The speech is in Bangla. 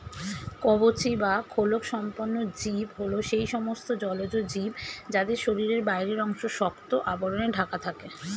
কবচী বা খোলকসম্পন্ন জীব হল সেই সমস্ত জলজ জীব যাদের শরীরের বাইরের অংশ শক্ত আবরণে ঢাকা থাকে